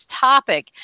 topic